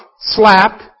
Slapped